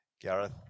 Gareth